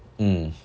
mm